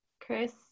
Chris